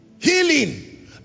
Healing